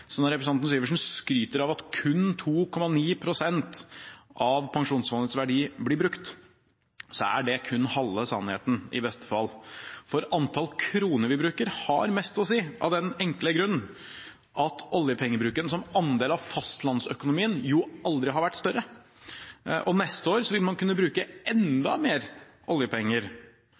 Når representanten Syversen skryter av at kun 2,9 pst. av pensjonsfondets verdi blir brukt, er det kun halve sannheten – i beste fall. Antall kroner vi bruker, har mest å si, av den enkle grunn at oljepengebruken som andel av fastlandsøkonomien, jo aldri har vært større. Neste år vil man kunne bruke enda mer oljepenger